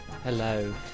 Hello